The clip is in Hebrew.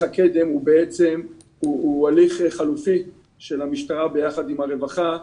הקד"מ הוא הליך חלופי של המשטרה ביחד עם הרווחה.